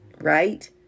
right